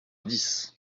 dix